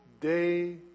day